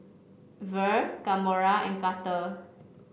Vere Kamora and Carter